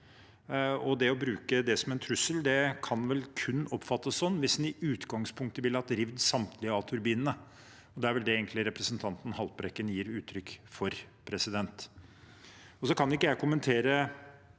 å bruke det som en trussel, kan det vel kun oppfattes sånn hvis en i utgangspunktet vil ha revet samtlige av turbinene. Det er vel egentlig det representanten Haltbrekken gir uttrykk for. Jeg kan ikke kommentere